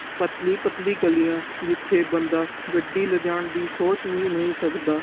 ਪਤਲੀ ਪਤਲੀ ਗਲੀਆਂ ਜਿੱਥੇ ਬੰਦਾ ਗੱਡੀ ਲਿਜਾਣ ਦੀ ਸੋਚ ਵੀ ਨਹੀਂ ਸਕਦਾ